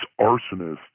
arsonist